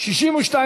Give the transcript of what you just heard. לסעיף 39 לא נתקבלה.